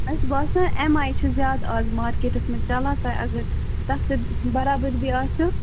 مےٚ چھُ باسان ایٚم آے چھُ زیادٕ اَز مارکیٚٹس منٛز چلان تُہۍ اَگر تتھ سۭتۍ برابَری آسٮ۪و